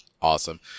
Awesome